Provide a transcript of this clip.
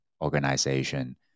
organization